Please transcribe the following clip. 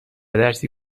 درسی